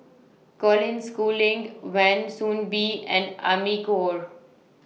Colin Schooling Wan Soon Bee and Amy Khor